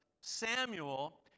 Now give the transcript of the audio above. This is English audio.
Samuel